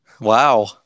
Wow